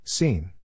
Scene